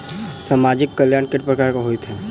सामाजिक कल्याण केट प्रकार केँ होइ है?